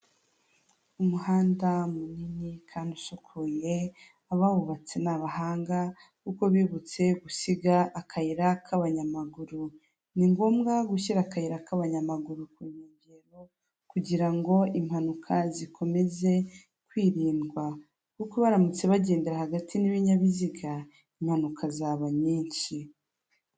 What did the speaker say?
Mu karere ka Muhanga habereyemo irushanwa ry'amagare riba buri mwaka rikabera mu gihugu cy'u Rwanda, babahagaritse ku mpande kugira ngo hataba impanuka ndetse n'abari mu irushanwa babashe gusiganwa nta nkomyi.